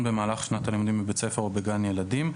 במהלך שנת הלימודים בבית ספר או בגן ילדים.